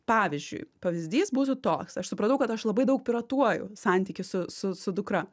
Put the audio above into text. pavyzdžiui pavyzdys būtų toks aš supratau kad aš labai daug piratuoju santyky su su su dukra